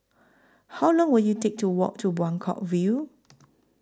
How Long Will IT Take to Walk to Buangkok View